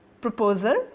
proposal